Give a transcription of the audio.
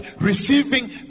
receiving